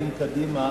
האם קדימה